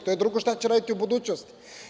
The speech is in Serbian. To je drugo šta će raditi u budućnosti.